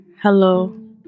Hello